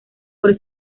por